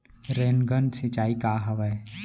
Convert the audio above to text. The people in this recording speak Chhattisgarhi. रेनगन सिंचाई का हवय?